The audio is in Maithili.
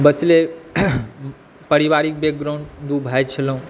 बचलै पारिवारिक बैकग्राउंड दू भाय छलहुँ